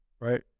right